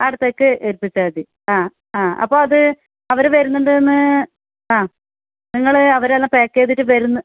അവിടുത്തേക്ക് ഏൽപ്പിച്ചാൽ മതി ആ ആ അപ്പോൾ അത് അവർ വരുന്നുണ്ട് എന്ന് ആ നിങ്ങൾ അവർ എല്ലാം പാക്ക് ചെയ്തിട്ട് വരുന്നത്